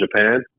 japan